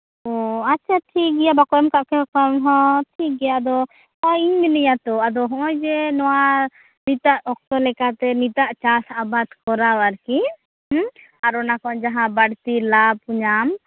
ᱚᱻ ᱟᱪᱪᱷᱟ ᱴᱷᱤᱠ ᱜᱮᱭᱟ ᱵᱟᱠᱚ ᱮᱢ ᱠᱟᱜ ᱯᱮ ᱠᱷᱟᱱ ᱦᱚᱸ ᱴᱷᱤᱠ ᱜᱮᱭᱟ ᱟᱫᱚ ᱤᱧ ᱢᱤᱱᱟᱹᱧᱟ ᱛᱚ ᱟᱫᱚ ᱱᱚᱜ ᱚᱭ ᱡᱮ ᱱᱚᱣᱟ ᱱᱤᱛᱟᱜ ᱚᱠᱛᱚ ᱞᱮᱠᱟᱛᱮ ᱱᱤᱛᱟᱜ ᱪᱟᱥ ᱟᱵᱟᱫᱽ ᱠᱚᱨᱟᱣ ᱟᱨᱠᱤ ᱦᱮᱸ ᱟᱨ ᱚᱱᱟ ᱠᱷᱚᱱ ᱵᱟᱲᱛᱤ ᱞᱟᱵᱷ ᱧᱟᱢ